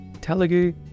Telugu